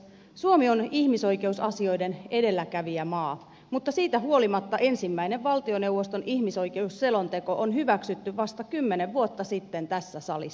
suomi on ihmisoikeusasioiden edelläkävijämaa mutta siitä huolimatta ensimmäinen valtioneuvoston ihmisoikeusselonteko on hyväksytty vasta kymmenen vuotta sitten tässä salissa